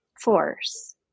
force